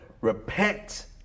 repent